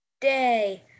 day